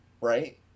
right